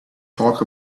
talk